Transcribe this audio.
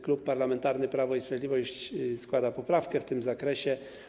Klub Parlamentarny Prawo i Sprawiedliwość składa poprawkę w tym zakresie.